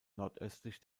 nordöstlich